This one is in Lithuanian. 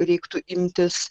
reiktų imtis